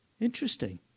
Interesting